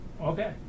okay